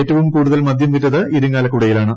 ഏറ്റവും കൂടുതൽ മദ്യ്ം വിറ്റത് ഇരിങ്ങ്ലക്കുടയിലാണ്